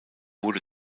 wurde